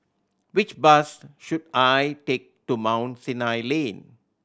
which bus should I take to Mount Sinai Lane